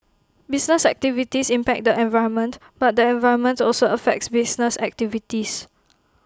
business activities impact the environment but the environment also affects business activities